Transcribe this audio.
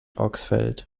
oxford